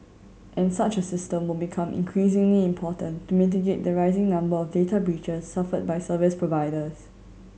and such a system will become increasingly important to mitigate the rising number of data breaches suffered by service providers